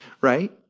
Right